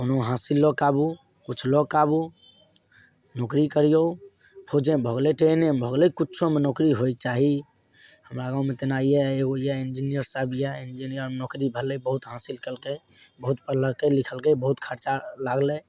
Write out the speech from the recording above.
कोनो हासिल लअके आबू किछु लऽके आबू नौकरी करियौ फौजमे भऽ गेलइ ट्रेनमे भऽ गेलय कुछोमे नौकरी होइके चाही हमरा गाँवमे तेनाहिए यै एगो इंजीनियर सब यै इंजीनियरमे नौकरी भेलय बहुत हासिल कयलकै बहुत पढ़लकै लिखलकै बहुत खर्चा लागलय